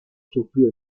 sufrió